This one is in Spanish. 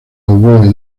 oboe